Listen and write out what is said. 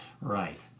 Right